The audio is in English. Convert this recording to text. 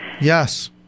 Yes